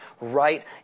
right